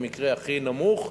במקרה הכי נמוך,